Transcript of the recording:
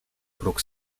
próg